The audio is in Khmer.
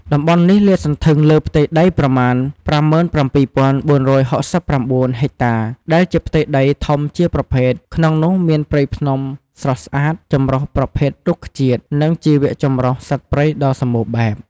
តំបន់នេះលាតសន្ធឹងលើផ្ទៃដីប្រមាណ ៥៧,៤៦៩ ហិកតា ដែលជាផ្ទៃដីធំជាប្រភេទ ក្នុងនោះមានព្រៃភ្នំស្រស់ស្អាត ចម្រុះប្រភេទរុក្ខជាតិ និងជីវចម្រុះសត្វព្រៃដ៏សម្បូរបែប។